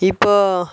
இப்போது